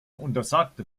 untersagte